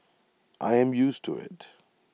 I am used to IT